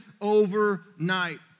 overnight